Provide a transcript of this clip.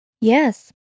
Yes